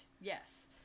Yes